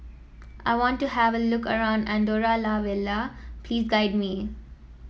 I want to have a look around Andorra La Vella please guide me